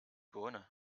bohne